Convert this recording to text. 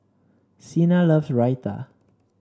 Cena love Raita